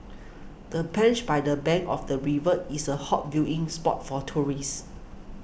the bench by the bank of the river is a hot viewing spot for tourists